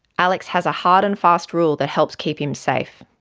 alex has a hard and fast rule that helps keep him safe.